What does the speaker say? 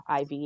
IV